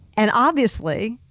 and obviously,